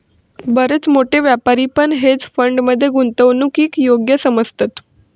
बरेच मोठे व्यापारी पण हेज फंड मध्ये गुंतवणूकीक योग्य समजतत